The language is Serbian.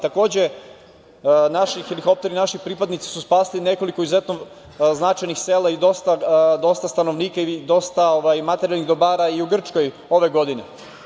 Takođe, naši helikopteri, naši pripadnici su spasili nekoliko izuzetno značajnih sela i dosta stanovnika i dosta materijalnih dobara i u Grčkoj ove godine.